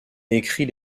écrit